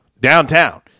downtown